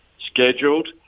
scheduled